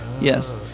Yes